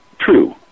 true